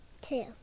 Two